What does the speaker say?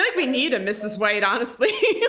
like we need a mrs. white, honestly. yeah,